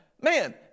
Man